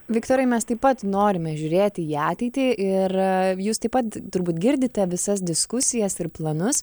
viktorai mes taip pat norime žiūrėti į ateitį ir jūs taip pat turbūt girdite visas diskusijas ir planus